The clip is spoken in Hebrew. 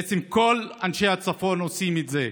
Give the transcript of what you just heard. בעצם כל אנשי הצפון עושים את זה.